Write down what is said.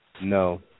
No